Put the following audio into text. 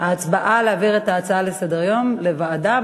ההצבעה על ההצעה להעביר את ההצעה לסדר-היום לוועדה,